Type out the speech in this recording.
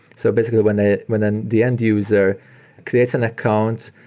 so basically, when the when the end-user creates an account,